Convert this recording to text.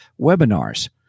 webinars